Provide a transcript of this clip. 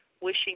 wishing